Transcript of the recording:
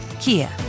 Kia